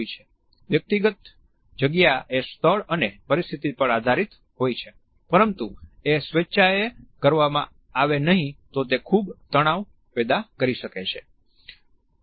વ્યક્તિગત જગ્યાએ સ્થળ અને પરિસ્થિતિ પર આધારિત હોય છે પરંતુ એ સ્વેચ્છાએ કરવામાં આવે નહિ તો તે ખુબ તણાવ પેદા કરી શકે છે